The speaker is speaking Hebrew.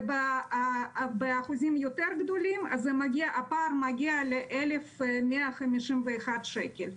ובאחוזים יותר גדולים הפער מגיע ל-1,151 שקל.